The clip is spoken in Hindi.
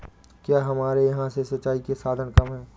क्या हमारे यहाँ से सिंचाई के साधन कम है?